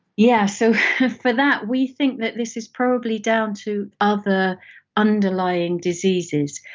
yeah. so for that, we think that this is probably down to other underlying diseases,